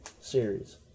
series